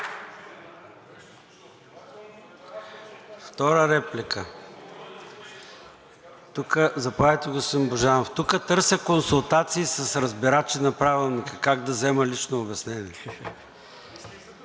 Втора реплика? Заповядайте, господин Божанов. Тук търси консултации с разбирачи на Правилника как да взема лично обяснение.